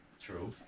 True